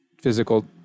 physical